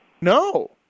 No